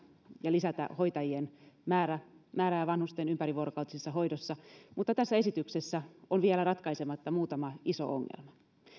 ja lisätä hoitajien määrää vanhusten ympärivuorokautisessa hoidossa mutta tässä esityksessä on vielä ratkaisematta muutama iso ongelma